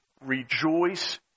rejoice